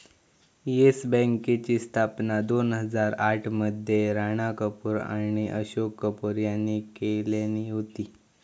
yes बँकेची स्थापना दोन हजार आठ मध्ये राणा कपूर आणि अशोक कपूर यांनी केल्यानी होती